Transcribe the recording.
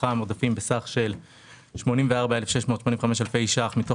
מתוכם עודפים בסך של 84,685 אלפי שקלים מתוך